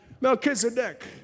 Melchizedek